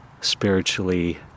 spiritually